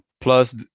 plus